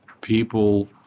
people